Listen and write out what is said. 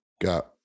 got